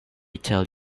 tell